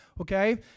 okay